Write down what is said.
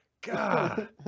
god